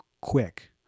quick